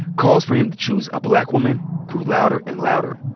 calls for him to choose a black woman grew louder and louder.